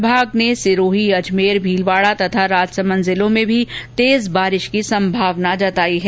विभाग ने सिरोही अजमेर भीलवाड़ा तथा राजसमंद जिलों में भी तेज बारिश की संभावना व्यक्ति की है